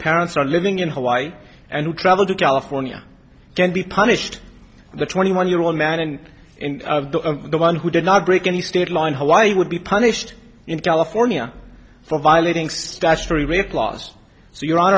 parents are living in hawaii and who travel to california can be punished the twenty one year old man and the one who did not break any state line hawaii would be punished in california for violating statutory rape laws so your hon